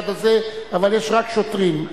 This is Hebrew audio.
אבל יש רק שוטרים.